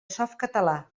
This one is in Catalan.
softcatalà